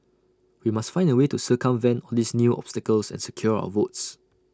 we must find A way to circumvent all these new obstacles and secure our votes